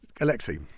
Alexei